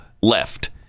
left